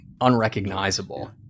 unrecognizable